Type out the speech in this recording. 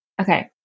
Okay